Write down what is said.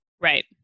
Right